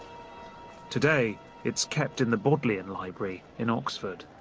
today, it's kept in the bodleian library in oxford.